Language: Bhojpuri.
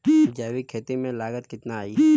जैविक खेती में लागत कितना आई?